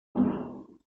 sieben